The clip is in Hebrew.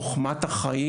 חוכמת החיים